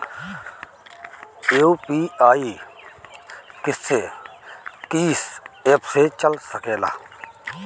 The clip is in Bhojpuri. यू.पी.आई किस्से कीस एप से चल सकेला?